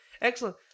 Excellent